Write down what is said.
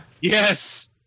Yes